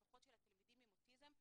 לפחות של התלמידים עם אוטיזם.